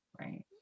right